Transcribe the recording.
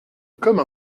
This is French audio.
comme